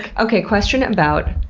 okay, question about